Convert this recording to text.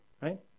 right